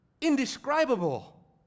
indescribable